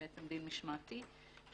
אתה בחרת להתחיל בנושא הזה.